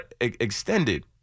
extended